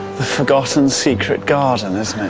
the forgotten secret garden, isn't